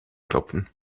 klopfen